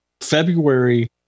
February